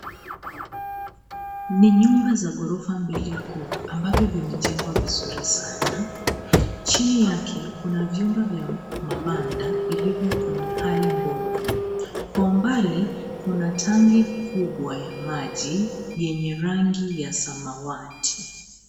Ni nyumba za ghorofa mbili kuu ambavyo vimejengwa vizuri sana. Chini yake kuna vyumba vya mabanda vilivyo kwenye hali mbovu. Kwa umbali, kuna tanki kubwa ya maji yenye rangi ya samawati.